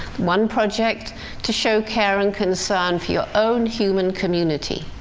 one project to show care and concern for your own human community.